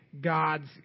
God's